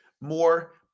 more